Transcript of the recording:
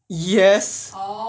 yes